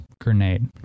grenade